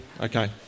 Okay